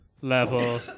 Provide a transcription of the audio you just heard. level